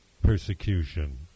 persecution